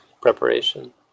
preparation